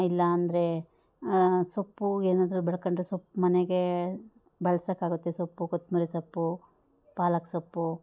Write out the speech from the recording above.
ಇಲ್ಲ ಅಂದರೆ ಸೊಪ್ಪು ಏನಾದರು ಬೆಳ್ಕೊಂಡ್ರೆ ಸೊಪ್ಪು ಮನೆಗೇ ಬಳ್ಸೋಕಾಗುತ್ತೆ ಸೊಪ್ಪು ಕೊತ್ಮಿರಿ ಸೊಪ್ಪು ಪಾಲಾಕ್ ಸೊಪ್ಪು